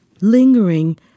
lingering